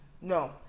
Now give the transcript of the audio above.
No